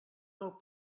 meu